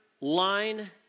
Line